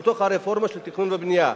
בתוך הרפורמה של תכנון ובנייה,